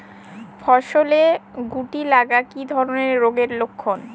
ফসলে শুটি লাগা কি ধরনের রোগের লক্ষণ?